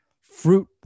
fruit